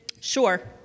Sure